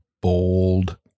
bold